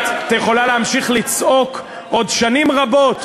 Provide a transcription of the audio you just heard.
את יכולה להמשיך לצעוק עוד שנים רבות,